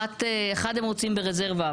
הם רוצים ש-1 תעבוד ברזרבה,